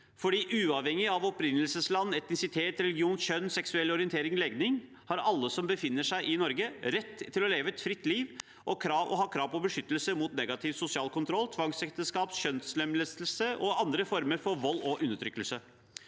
For uavhengig av opprinnelsesland, etnisitet, religion, kjønn og seksuell orientering/legning har alle som befinner seg i Norge, rett til å leve et fritt liv og krav på beskyttelse mot negativ sosial kontroll, tvangsekteskap, kjønnslemlestelse og andre former for vold og undertrykkelse.